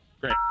Great